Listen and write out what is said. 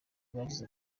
bagize